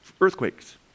earthquakes